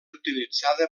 utilitzada